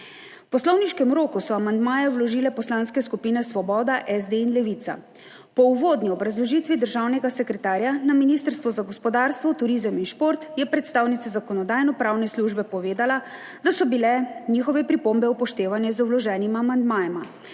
poslovniškem roku so amandmaje vložile poslanske skupine Svoboda, SD in Levica. Po uvodni obrazložitvi državnega sekretarja na Ministrstvu za gospodarstvo, turizem in šport je predstavnica Zakonodajno-pravne službe povedala, da so bile njihove pripombe upoštevane z vloženima amandmajema,